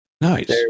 nice